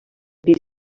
pis